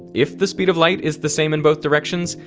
if the speed of light is the same in both directions,